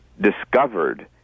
discovered